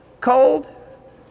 Cold